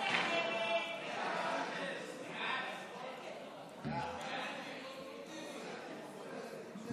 הצעת סיעת מרצ להביע אי-אמון בממשלה לא